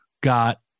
got